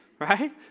Right